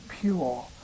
pure